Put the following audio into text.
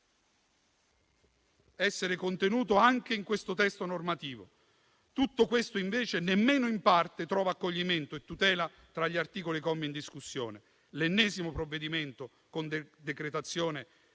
...*essere contenuto anche in questo testo normativo. Tutto questo invece nemmeno in parte trova accoglimento tra gli articoli e i commi in discussione. Si tratta dell'ennesimo provvedimento con decretazione